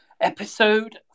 Episode